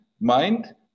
mind